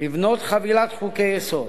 לבנות חבילת חוקי-יסוד.